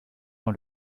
dans